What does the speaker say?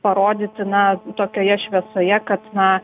parodyti na tokioje šviesoje kad na